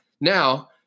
now